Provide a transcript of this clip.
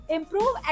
Improve